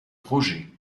projet